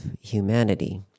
humanity